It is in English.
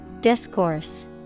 Discourse